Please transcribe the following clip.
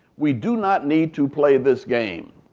we do not need to play this game.